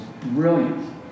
brilliant